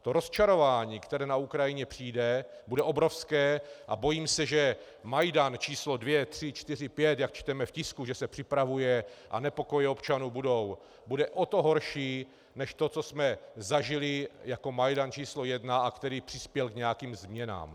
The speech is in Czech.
To rozčarování, které na Ukrajině přijde, bude obrovské a bojím se, že Majdan č. 2, 3, 4, 5, jak čteme v tisku, že se připravuje a nepokoje občanů budou, bude o to horší než to, co jsme zažili jako Majdan č. 1, který přispěl k nějakým změnám.